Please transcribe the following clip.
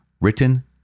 written